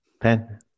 pen